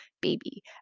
baby